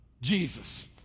Jesus